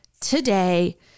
today